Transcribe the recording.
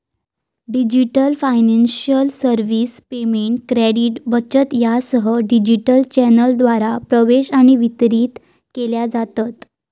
digital financial services payment, credit, बचत यासह digital चॅनेलद्वारा प्रवेश आणि वितरित केल्या जातत